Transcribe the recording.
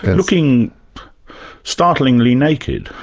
and looking startlingly naked.